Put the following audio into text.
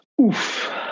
Oof